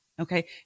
Okay